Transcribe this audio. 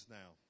now